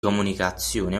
comunicazione